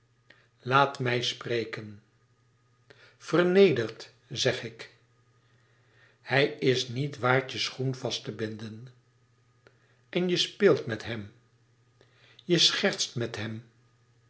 laat mij spreken vernedert zeg ik hij is niet waard je schoen vast te binden en je speelt met hem je schertst met hem